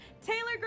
Taylor